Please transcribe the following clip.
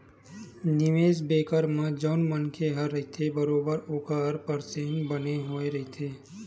निवेस बेंकर म जउन मनखे ह रहिथे बरोबर ओखर परसेंट बने होय रहिथे